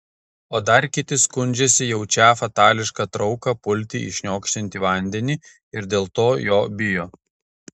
o dar kiti skundžiasi jaučią fatališką trauką pulti į šniokščiantį vandenį ir dėl to jo bijo